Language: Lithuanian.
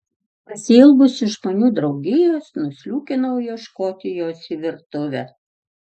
pasiilgusi žmonių draugijos nusliūkinau ieškoti jos į virtuvę